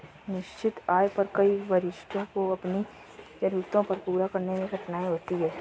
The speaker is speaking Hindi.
निश्चित आय पर कई वरिष्ठों को अपनी जरूरतों को पूरा करने में कठिनाई होती है